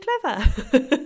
clever